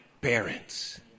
parents